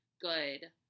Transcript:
good